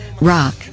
rock